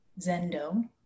Zendo